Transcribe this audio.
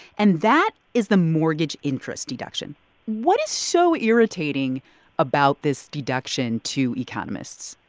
and that is the mortgage interest deduction what is so irritating about this deduction to economists?